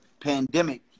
pandemic